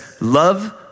love